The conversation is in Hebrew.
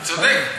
צודק.